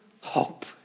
hope